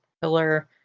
pillar